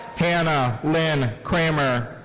hannah lynn kramer.